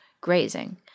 grazing